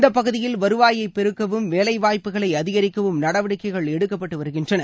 இந்தப் பகுதியில் வருவாயை பெருக்கவும் வேலைவாய்ப்புகளை அதிகரிக்கவும் நடவடிக்கைகள் எடுக்கப்பட்டு வருகின்றன